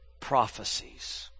prophecies